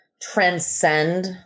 transcend